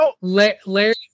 Larry